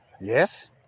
Yes